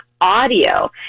audio